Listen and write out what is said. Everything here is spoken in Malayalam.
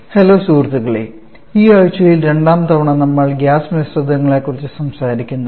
ഹലോ സുഹൃത്തുക്കളെ ഈ ആഴ്ചയിൽ രണ്ടാം തവണ നമ്മൾ ഗ്യാസ് മിശ്രിതങ്ങളെക്കുറിച്ച് സംസാരിക്കുന്നു